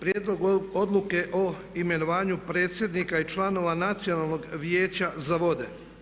Prijedlog odluke o imenovanju predsjednika i članova Nacionalnog vijeća za vode.